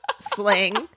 sling